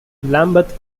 lambeth